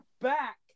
back